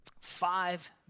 five